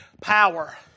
power